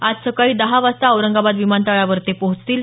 आज सकाळी ते दहा वाजता औरंगाबाद विमानतळावर पोहोचतील